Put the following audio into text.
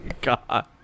god